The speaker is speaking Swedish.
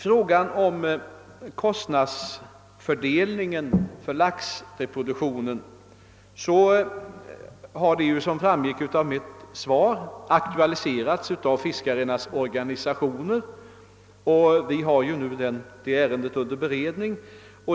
Frågan om kostnadsfördelningen i samband med laxreproduktionen har, såsom framgått av mitt svar, aktualiserats av fiskarnas organisationer, och vi har nu detta ärende under beredning.